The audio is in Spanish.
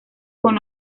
con